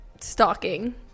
stalking